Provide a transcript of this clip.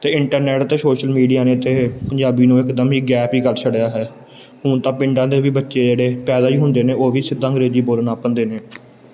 ਅਤੇ ਇੰਟਰਨੈਟ ਅਤੇ social media ਨੇ ਤਾਂ ਇਹ ਪੰਜਾਬੀ ਨੂੰ ਇੱਕਦਮ ਹੀ ਗਾਇਬ ਹੀ ਕਰ ਛੱਡਿਆ ਹੈ ਹੁਣ ਤਾਂ ਪਿੰਡਾਂ ਦੇ ਵੀ ਬੱਚੇ ਜਿਹੜੇ ਪੈਦਾ ਹੀ ਹੁੰਦੇ ਨੇ ਉਹ ਵੀ ਸਿੱਧਾ ਅੰਗਰੇਜ਼ੀ ਬੋਲਣ ਲੱਗ ਪੈਂਦੇ ਨੇ